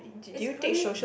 it's pretty